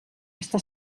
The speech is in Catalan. està